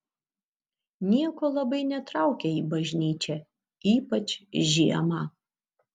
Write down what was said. nieko labai netraukia į bažnyčią ypač žiemą